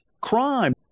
crime